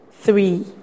three